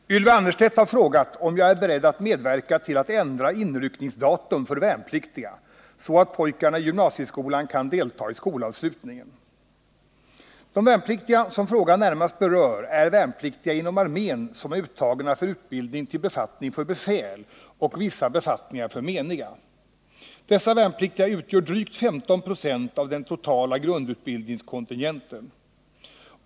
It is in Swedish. Herr talman! Ylva Annerstedt har frågat om jag är beredd att medverka till att ändra inryckningsdatum för värnpliktiga, så att pojkarna i gymnasieskolan kan delta i skolavslutningen. De värnpliktiga som frågan närmast berör är värnpliktiga inom armén som är uttagna för utbildning till befattning för befäl och till vissa befattningar för meniga. Dessa värnpliktiga utgör drygt 15 96 av den totala grundutbildningskontingenten.